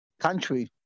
Country